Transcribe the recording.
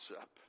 up